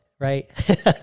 right